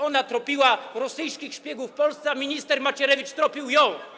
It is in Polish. Ona tropiła rosyjskich szpiegów w Polsce, a minister Macierewicz tropił ją.